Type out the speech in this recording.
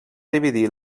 dividir